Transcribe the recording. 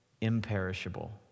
imperishable